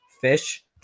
Fish